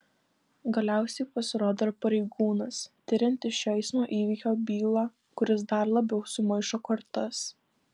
galiausiai pasirodo ir pareigūnas tiriantis šio eismo įvykio bylą kuris dar labiau sumaišo kortas